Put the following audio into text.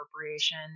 appropriation